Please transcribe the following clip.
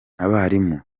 abarimu